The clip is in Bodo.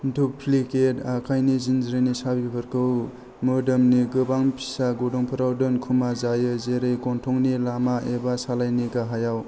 डुप्लीकेट आखायनि जिनज्रिनि साबिफोरखौ मोदोमनि गोबां फिसा गुदुंफोराव दोनखुमा जायो जेरै गनथंनि लामा एबा सालाइनि गाहायाव